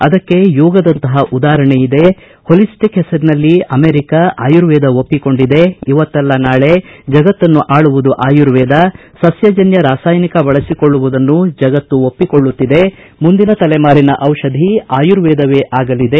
ಅದಕ್ಕೆ ಯೋಗಾದಂತಪ ಉದಾಪರಣೆಯಿದೆ ಹೊಲಿಸ್ಟಿಕ್ ಹೆಸರಿನಲ್ಲಿ ಅಮೇರಿಕಾ ಆರ್ಯುವೇದ ಒಪ್ಪಿಕೊಂಡಿದೆ ಇವತ್ತಲ್ಲ ನಾಳೆ ಜಗತ್ತನ್ನು ಆಳುವುದು ಆರ್ಯುವೇದ ಸಸ್ಕಜನ್ಯ ರಾಸಾಯನಿಕ ಬಳಸಿಕೊಳ್ಳುವುದನ್ನು ಜಗತ್ತು ಒಪ್ಪಿಕೊಳ್ಳುತ್ತಿದೆ ಮುಂದಿನ ತಲೆಮಾರಿನ ಔಷಧಿ ಆರ್ಯುವೇದವೇ ಆಗಲಿದೆ